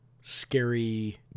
scary